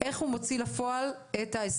אמרת נכון, יש פה מורכבות גדולה מאוד.